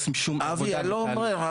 איתי.